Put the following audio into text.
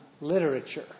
literature